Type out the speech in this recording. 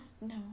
No